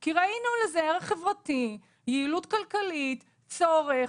כי ראינו לזה ערך חברתי, יעילות כלכלית וצורך.